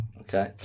Okay